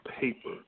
paper